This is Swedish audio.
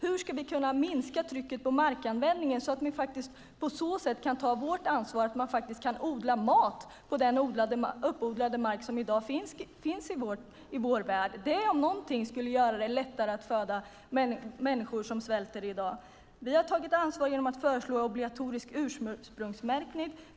Hur ska vi kunna minska trycket på markanvändningen så att vi på så sätt kan ta vårt ansvar för att man kan odla mat på den uppodlade mark som i dag finns i vår värld? Det om någonting skulle göra det lättare att föda människor som svälter i dag. Vi har tagit ansvar genom att föreslå obligatorisk ursprungsmärkning.